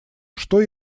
что